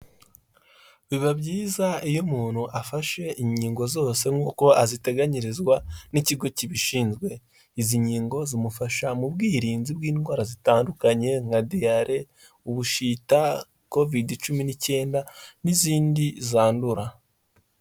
Biba byiza iyo umuntu afashe inkingo zose nk'uko aziteganyirizwa n'ikigo kibishinzwe, izi nkingo zimufasha mu bwirinzi bw'indwara zitandukanye nka diyare, ubushita, kovide cumi n'ikenda n'izindi zandura.